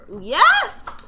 Yes